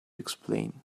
explain